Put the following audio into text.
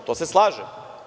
To se slažem.